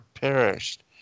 perished